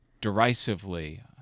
derisively